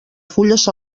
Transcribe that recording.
fulles